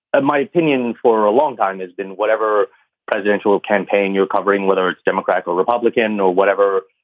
ah my opinion for a long time has been whatever presidential campaign you're covering, whether it's democrat or republican or whatever,